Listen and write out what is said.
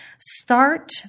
Start